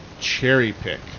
cherry-pick